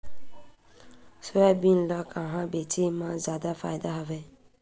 Soybean ल कहां बेचे म जादा फ़ायदा हवय?